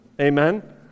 Amen